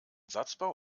satzbau